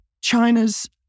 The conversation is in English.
China's